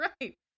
Right